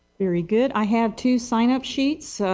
very good. i have two sign up sheets.